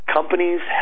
Companies